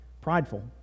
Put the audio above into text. Prideful